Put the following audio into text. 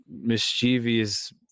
mischievous